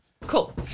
Cool